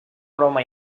broma